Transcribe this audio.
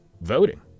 voting